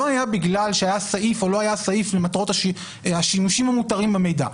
לא הייתה בגלל שהיה סעיף או שלא היה סעיף בשימושים המותרים במידע.